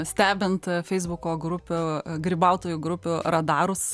stebint feisbuko grupių grybautojų grupių radarus